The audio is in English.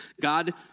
God